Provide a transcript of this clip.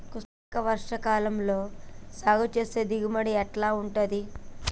కృష్ణ రకం వర్ష కాలం లో సాగు చేస్తే దిగుబడి ఎట్లా ఉంటది?